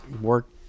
work